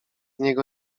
niego